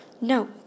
No